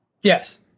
Yes